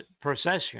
procession